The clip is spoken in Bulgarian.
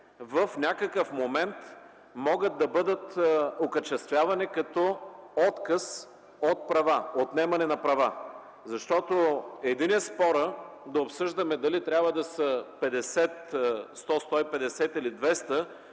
в някакъв момент могат да бъдат окачествявани като отказ от права – отнемане на права. Защото един е спорът да обсъждаме дали трябва да е 50-100-150 или 200